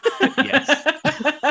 Yes